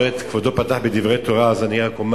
כבודו פתח בדברי תורה, אז אני רק אומר